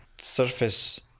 surface